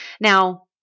Now